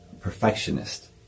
perfectionist